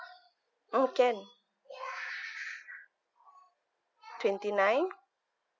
oh can twenty nine